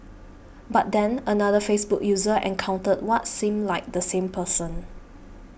but then another Facebook user encountered what seemed like the same person